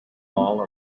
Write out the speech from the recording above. all